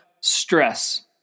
stress